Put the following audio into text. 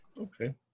Okay